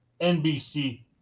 NBC